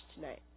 tonight